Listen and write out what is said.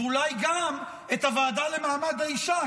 ואולי גם את הוועדה למעמד האישה,